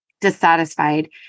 dissatisfied